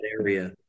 area